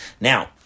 Now